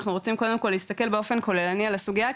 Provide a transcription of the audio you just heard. אנחנו רוצים קודם כל להסתכל באופן כוללני על הסוגייה,